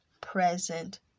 present